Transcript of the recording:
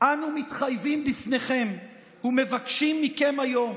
אנו מתחייבים בפניכם ומבקשים מכם היום